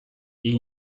est